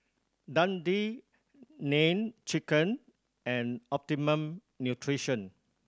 Dundee Nene Chicken and Optimum Nutrition